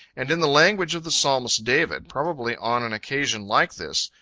and in the language of the psalmist david, probably on an occasion like this,